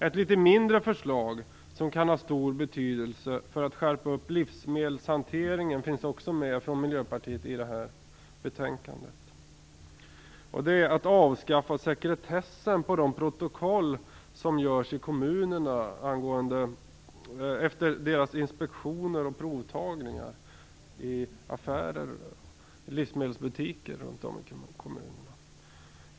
Ett litet mindre förslag från Miljöpartiet, som kan ha stor betydelse för att skärpa upp livsmedelshanteringen, finns också med i detta betänkande. Det gäller att avskaffa sekretessen i fråga om de protokoll som görs i kommunerna efter inspektioner och provtagningar i livsmedelsbutiker.